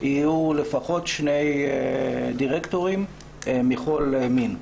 יהיו לפחות שני דירקטורים מכול מין.